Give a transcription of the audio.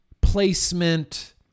placement